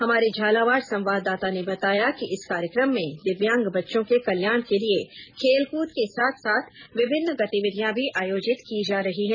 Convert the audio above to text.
हमारे झालावाड संवाददाता ने बताया कि इस कार्यक्रम में दिव्यांग बच्चों के कल्याण के लिये खेलकृद के साथ साथ विभिन्न गतिविधियां भी आयोजित की जा रही हैं